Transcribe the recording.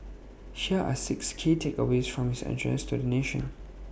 here are six key takeaways from his address to the nation